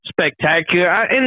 spectacular